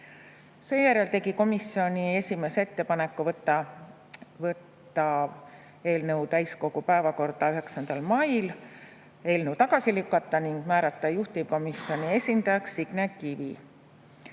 Seejärel tegi komisjoni esimees ettepaneku võtta eelnõu täiskogu päevakorda 9. mail, eelnõu tagasi lükata ning määrata juhtivkomisjoni esindajaks Signe Kivi.